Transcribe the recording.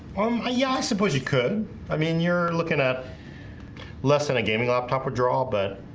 um yeah, i suppose you could i mean you're looking at less than a gaming laptop with draw but